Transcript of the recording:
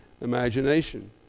imagination